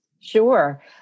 Sure